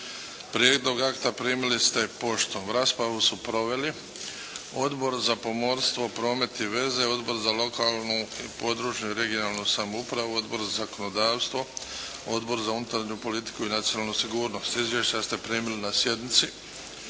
Prijedlog akta primili ste poštom. Raspravu su proveli Odbor za pomorstvo, promet i veze, Odbor za lokalnu i područnu (regionalnu) samoupravu, Odbor za zakonodavstvo, Odbor za unutarnju politiku i nacionalnu sigurnost. Izvješća ste primili na sjednici.